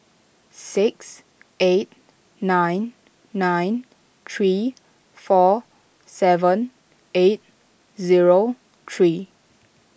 six eight nine nine three four seven eight zero three